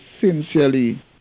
sincerely